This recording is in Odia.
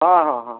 ହଁ ହଁ ହଁ